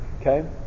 Okay